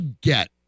get